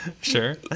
Sure